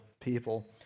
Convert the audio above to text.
people